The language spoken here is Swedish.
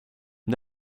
det